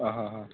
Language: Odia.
ହଁ ହଁ ହଁ